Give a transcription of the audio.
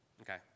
Okay